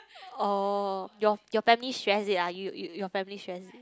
orh your your family stress it ah you you your family stress